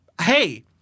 hey